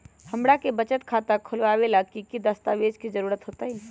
हमरा के बचत खाता खोलबाबे ला की की दस्तावेज के जरूरत होतई?